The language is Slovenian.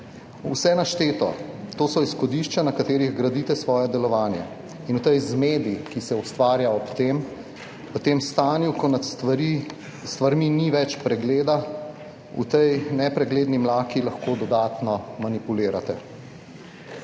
Vse našteto so izhodišča, na katerih gradite svoje delovanje in v tej zmedi, ki se ustvarja v tem stanju, ko nad stvarmi ni več pregleda, v tej nepregledni mlaki lahko dodatno manipulirate.